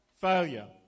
failure